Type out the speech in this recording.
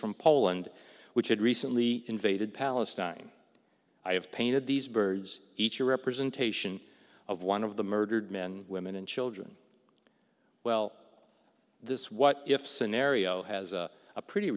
from poland which had recently invaded palestine i have painted these birds each a representation of one of the murdered men women and children well this what if scenario has a pretty